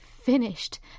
Finished